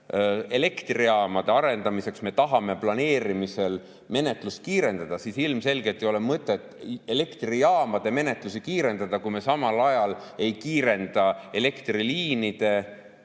et elektrijaamade arendamiseks me tahame planeerimismenetlust kiirendada. Aga ilmselgelt ei ole mõtet elektrijaamade [planeerimis]menetlust kiirendada, kui me samal ajal ei kiirenda elektriliinide